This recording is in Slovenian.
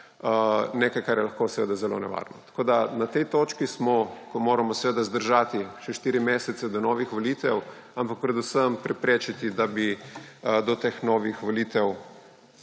nekaj, kar je lahko seveda zelo nevarno. Na tej točki smo, ko moramo seveda zdržati še štiri mesece do novih volitev, ampak predvsem preprečiti, da bi do teh novih volitev